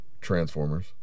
Transformers